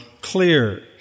clear